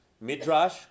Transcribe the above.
Midrash